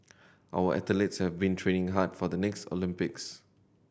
our athletes have been training hard for the next Olympics